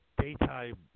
Daytime